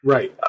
Right